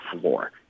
floor